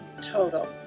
total